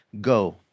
go